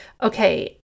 Okay